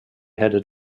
headed